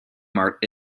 mart